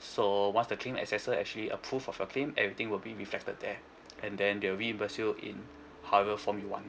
so once the claim accessor actually approve of your claim everything will be reflected there and then they'll reimburse you in however form you want